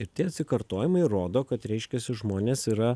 ir tie atsikartojimai rodo kad reiškiasi žmonės yra